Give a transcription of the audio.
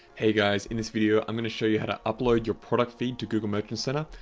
hey guys, in this video, i'm gonna show you how to upload your product feed to google merchant center.